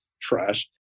trust